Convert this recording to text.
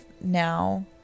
now